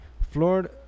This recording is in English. Florida